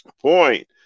point